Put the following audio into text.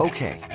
Okay